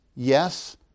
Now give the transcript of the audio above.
Yes